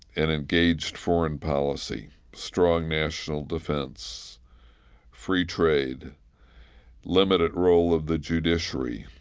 an engaged foreign policy strong national defense free trade limited role of the judiciary,